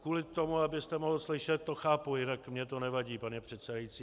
Kvůli tomu, abyste mohl slyšet, to chápu, jinak mně to nevadí, pane předsedající.